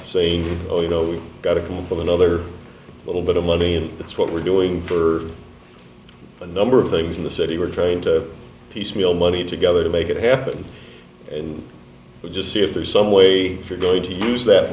saying oh you know we've got to come from another little bit of money and that's what we're doing for a number of things in the city we're trying to piece meal money together to make it happen and just see if there's some way you're going to use that